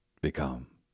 become